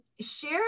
share